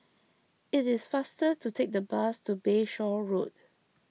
it is faster to take the bus to Bayshore Road